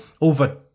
over